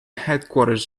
headquarters